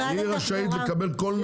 היא רשאית לקבל כל נתון.